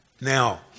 Now